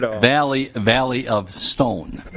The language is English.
but valley valley of stone.